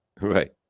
right